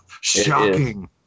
Shocking